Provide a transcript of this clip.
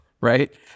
right